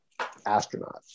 astronauts